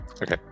Okay